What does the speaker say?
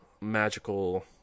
magical